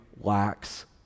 lacks